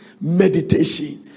Meditation